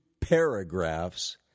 paragraphs